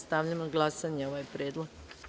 Stavljam na glasanje ovaj predlog.